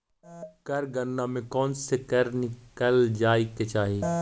कर गणना में कौनसे कर गिनल जाए के चाही